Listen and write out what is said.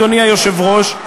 אדוני היושב-ראש,